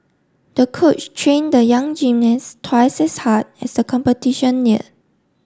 the coach train the young gymnast twice as hard as the competition neared